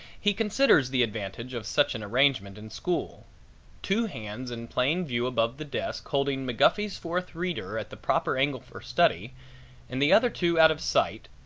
he considers the advantage of such an arrangement in school two hands in plain view above the desk holding mcguffy's fourth reader at the proper angle for study and the other two out of sight,